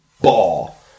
ball